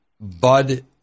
Bud